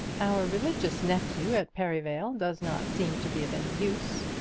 our religious nephew at perivale does not seem to be of any use.